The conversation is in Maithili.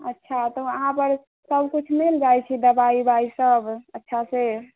अच्छा तऽ वहाँपर सभकिछु मिल जाइत छै दबाइ उबाइसभ अच्छासँ